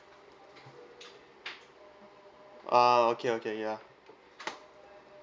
ah okay okay ya